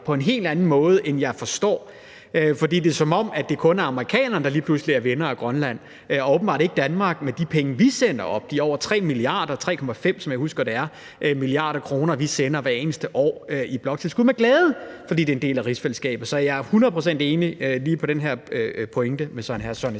på en helt anden måde, end jeg kan forstå. For det er, som om det kun er amerikanerne, der lige pludselig er venner af Grønland, og åbenbart ikke Danmark med de penge – de over 3 mia. kr. – vi sender op. Som jeg husker det, er det 3,5 mia. kr., vi sender hvert eneste år i bloktilskud med glæde, fordi det er en del af rigsfællesskabet. Så jeg er hundrede procent enig med hr. Søren